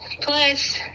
Plus